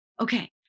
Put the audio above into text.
okay